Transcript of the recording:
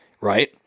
right